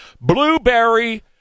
blueberry